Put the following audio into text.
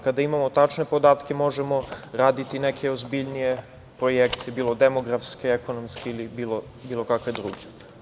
Kada imamo tačne podatke, možemo raditi neke ozbiljnije projekcije, bilo demografske, ekonomske ili bilo kakve druge.